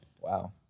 Wow